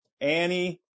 Annie